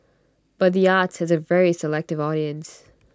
but the arts has A very selective audience